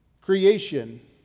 creation